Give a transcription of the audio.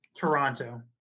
Toronto